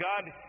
God